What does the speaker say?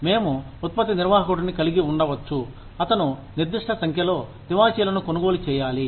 మేము ఉత్పత్తి నిర్వాహకుడిని కలిగి ఉండవచ్చు అతను నిర్దిష్ట సంఖ్యలో తివాచీలను కొనుగోలు చేయాలి